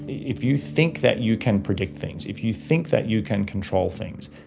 if you think that you can predict things, if you think that you can control things,